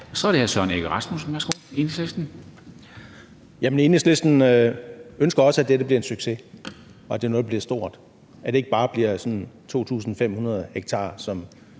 Kl. 12:35 Søren Egge Rasmussen (EL): Enhedslisten ønsker også, at dette bliver en succes, at det er noget, der bliver stort, og at det ikke bare bliver sådan 2.500 ha, så